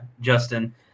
Justin